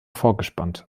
vorgespannt